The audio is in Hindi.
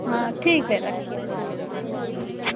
हाँ ठीक है रखिये